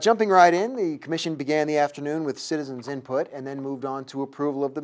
jumping right in the commission began the afternoon with citizens input and then moved on to approval of the